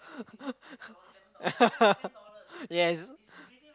yes